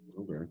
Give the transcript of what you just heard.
Okay